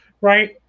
right